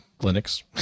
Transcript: Linux